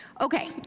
Okay